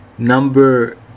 Number